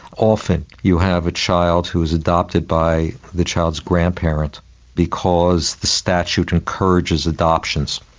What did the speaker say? often you have a child who is adopted by the child's grandparent because the statute encourages adoptions.